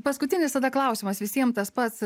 paskutinis tada klausimas visiem tas pats